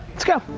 let's go.